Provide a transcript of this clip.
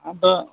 ہاں تو